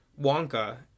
Wonka